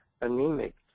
anemic